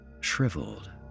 shriveled